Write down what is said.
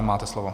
Máte slovo.